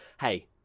hey